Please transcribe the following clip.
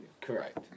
Correct